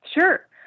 Sure